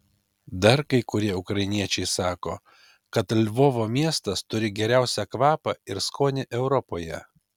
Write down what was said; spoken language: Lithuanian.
dar kai kurie ukrainiečiai sako kad lvovo miestas turi geriausią kvapą ir skonį europoje